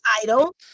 title